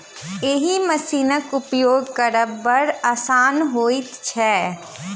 एहि मशीनक उपयोग करब बड़ आसान होइत छै